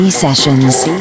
sessions